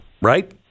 Right